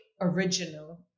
original